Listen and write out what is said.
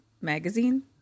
magazine